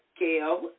Gail